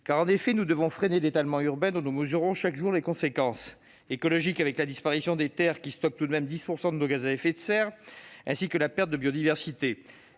En effet, nous devons freiner l'étalement urbain, dont nous mesurons chaque jour les conséquences non seulement écologiques, avec la disparition des terres, lesquelles stockent tout de même 10 % de nos gaz à effet de serre, et la perte de biodiversité,